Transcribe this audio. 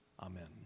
Amen